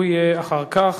הוא יהיה אחר כך,